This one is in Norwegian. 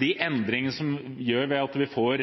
de endringene som fører til at vi får